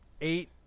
eight